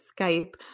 Skype